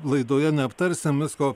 laidoje neaptarsim visko